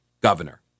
Governor